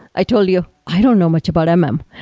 i told you, i don't know much about um mm, um